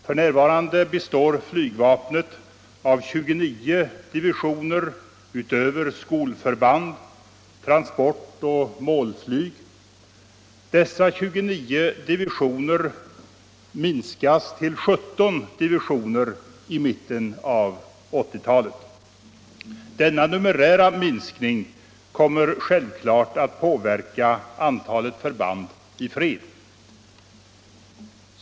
F.n. består flygvapnet av 29 divisioner utöver skolförband samt transportoch målflyg. Dessa 29 divisioner reduceras till 17 i mitten av 1980-talet. Denna numerära minskning kommer självklart att påverka antalet förband i fred.